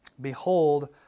Behold